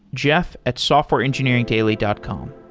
jeff at softwareengineeringdaily dot com.